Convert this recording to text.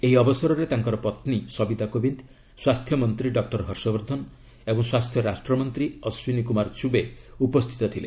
ଏହି ଅବସରରେ ତାଙ୍କର ପତ୍ନୀ ସବିତା କୋବିନ୍ଦ ସ୍ୱାସ୍ଥ୍ୟମନ୍ତ୍ରୀ ଡକ୍ଟର ହର୍ଷବର୍ଦ୍ଧନ ଓ ସ୍ୱାସ୍ଥ୍ୟ ରାଷ୍ଟ୍ରମନ୍ତ୍ରୀ ଅଶ୍ୱିନୀ କୁମାର ଚୁବେ ଉପସ୍ଥିତ ଥିଲେ